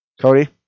Cody